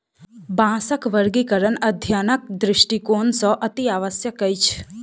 बाँसक वर्गीकरण अध्ययनक दृष्टिकोण सॅ अतिआवश्यक अछि